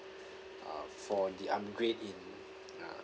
uh for the upgrade in uh